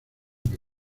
que